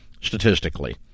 statistically